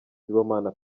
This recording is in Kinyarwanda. sibomana